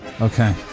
Okay